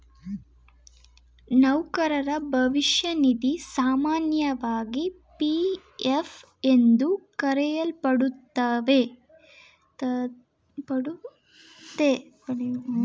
ನೌಕರರ ಭವಿಷ್ಯ ನಿಧಿ ಸಾಮಾನ್ಯವಾಗಿ ಪಿ.ಎಫ್ ಎಂದು ಕರೆಯಲ್ಪಡುತ್ತೆ, ನಿವೃತ್ತರಿಗೆ ಪ್ರಯೋಜ್ನಗಳ ಯೋಜ್ನೆಯಾಗೈತೆ